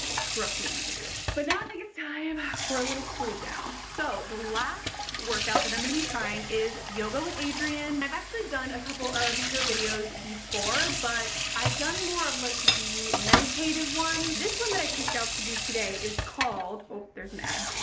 trust me, you can do it. but now i think it's time for a little cool down. so the last workout that i'm gonna be trying is yoga with adriene. and i've actually done a couple of her videos before, but i've done more of like the meditative ones. this one that i picked out to do today is called, oh there's an ad.